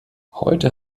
heute